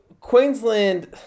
Queensland